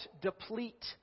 deplete